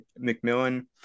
mcmillan